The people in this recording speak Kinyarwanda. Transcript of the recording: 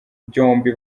byombi